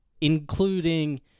including